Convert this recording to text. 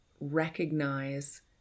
recognize